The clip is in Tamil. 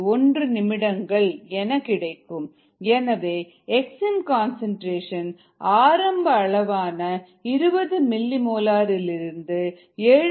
1 நிமிடங்கள் எனவே X இன் கன்சன்ட்ரேஷன் ஆரம்ப அளவான 20 மில்லிமோலார் இலிருந்து 7